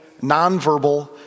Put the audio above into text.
nonverbal